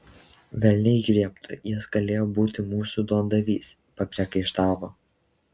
velniai griebtų jis galėjo būti mūsų duondavys papriekaištavo